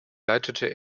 leitete